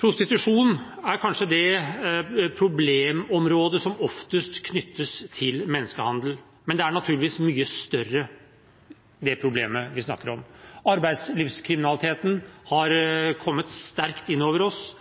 Prostitusjon er kanskje det problemområdet som oftest knyttes til menneskehandel, men det problemet vi snakker om, er naturligvis mye større.